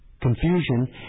Confusion